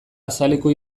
azaleko